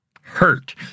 hurt